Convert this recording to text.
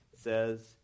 says